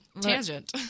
Tangent